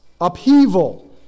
upheaval